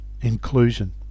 inclusion